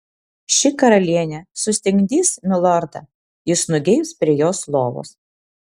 ši karalienė sustingdys milordą jis nugeibs prie jos lovos